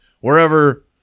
wherever